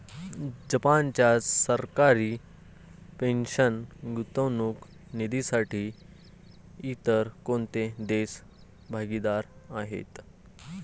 जपानच्या सरकारी पेन्शन गुंतवणूक निधीसाठी इतर कोणते देश भागीदार आहेत?